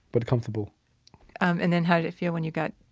but comfortable and then how did it feel when you got,